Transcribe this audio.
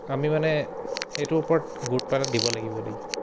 আমি মানে সেইটোৰ ওপৰত গুৰুত্ব অলপ দিব লাগিব দেই